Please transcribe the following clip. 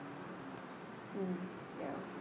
mm ya